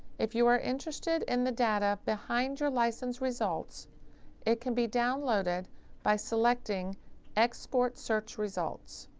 if you are interested in the data behind your license results it can be downloaded by selecting export search results.